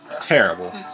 Terrible